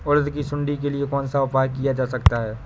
उड़द की सुंडी के लिए कौन सा उपाय किया जा सकता है?